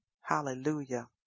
hallelujah